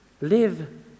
live